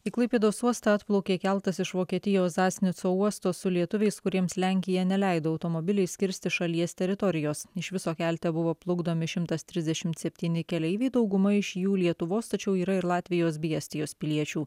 į klaipėdos uostą atplaukė keltas iš vokietijos zasnico uosto su lietuviais kuriems lenkija neleido automobiliais kirsti šalies teritorijos iš viso kelte buvo plukdomi šimtas trisdešimt septyni keleiviai dauguma iš jų lietuvos tačiau yra ir latvijos bei estijos piliečių